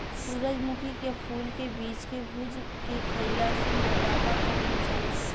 सूरजमुखी के फूल के बीज के भुज के खईला से मोटापा कम हो जाला